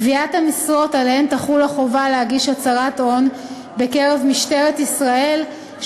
קביעת המשרות שעליהן תחול החובה להגיש הצהרת הון בקרב משטרת ישראל,